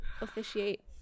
officiate